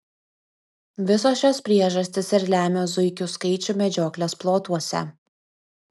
visos šios priežastys ir lemia zuikių skaičių medžioklės plotuose